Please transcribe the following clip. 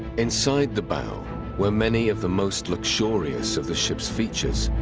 inside the bow were many of the most luxurious of the ship's features.